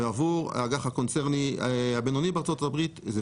ועבור האג"ח הקונצרני הבינוני בארצות הברית,